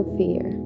fear